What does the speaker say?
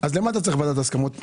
--- בשביל מה אתה צריך ועדת הסכמות?